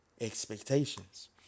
expectations